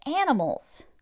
animals